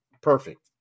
perfect